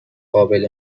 قابل